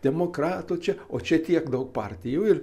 demokratų čia o čia tiek daug partijų ir